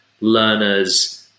learners